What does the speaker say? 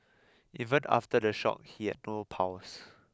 even after the shock he had no pulse